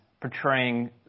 portraying